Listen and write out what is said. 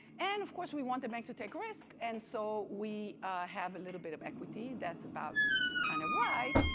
and of course we want the bank to take risk and so we have a little bit of equity that's about kind of right.